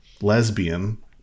lesbian